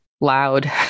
loud